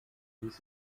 dies